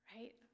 right